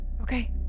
Okay